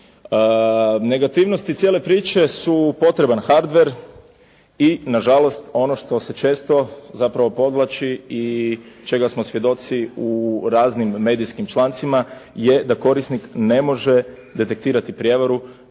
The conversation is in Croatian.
Negativnosti cijele priče su potreban hardver i nažalost ono što se često zapravo povlači i čega smo svjedoci u raznim medijskim člancima je da korisnik ne može detektirati prijevaru,